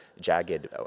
jagged